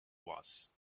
was